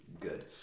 good